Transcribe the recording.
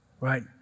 right